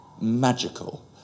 magical